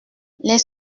les